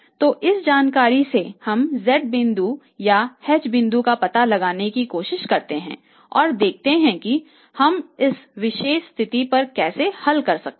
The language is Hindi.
तो इस जानकारी से हम z बिंदु और h बिंदु का पता लगाने की कोशिश करते हैं और देखते हैं कि हम इस विशेष स्थिति को कैसे हल कर सकते हैं